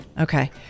Okay